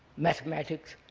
mathematics,